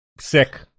sick